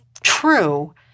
true